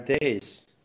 days